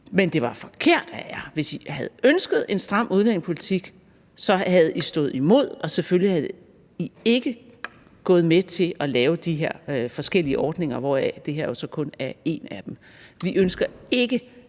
Men det var forkert af jer. Hvis I havde ønsket en stram udlændingepolitik, havde I stået imod, og så var I selvfølgelig ikke gået med til at lave de her forskellige ordninger, hvoraf det her jo så kun er én. Vi ønsker ikke,